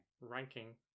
Ranking